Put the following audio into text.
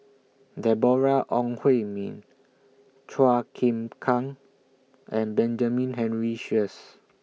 Deborah Ong Hui Min Chua Chim Kang and Benjamin Henry Sheares